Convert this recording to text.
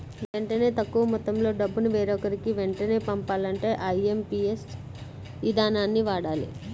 వెంటనే తక్కువ మొత్తంలో డబ్బును వేరొకరికి వెంటనే పంపాలంటే ఐఎమ్పీఎస్ ఇదానాన్ని వాడాలి